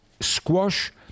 Squash